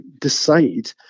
decide